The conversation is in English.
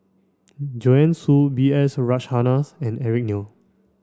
Joanne Soo B S Rajhans and Eric Neo